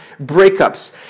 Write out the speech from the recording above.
breakups